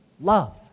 love